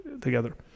together